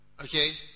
Okay